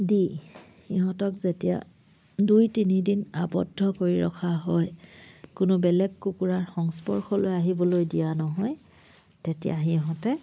দি সিহঁতক যেতিয়া দুই তিনিদিন আৱদ্ধ কৰি ৰখা হয় কোনো বেলেগ কুকুৰাৰ সংস্পৰ্শলৈ আহিবলৈ দিয়া নহয় তেতিয়া সিহঁতে